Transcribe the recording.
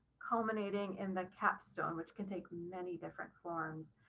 culminating in the capstone, which can take many different forms.